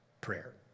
prayer